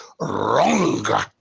wrong